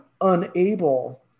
unable